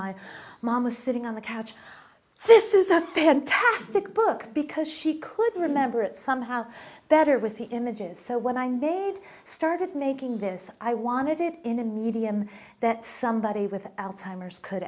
my mom was sitting on the couch this is a fantastic book because she couldn't remember it somehow better with the images so when i made started making this i wanted it in a medium that somebody with alzheimer's could